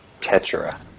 tetra